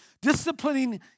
disciplining